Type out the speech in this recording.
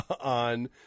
on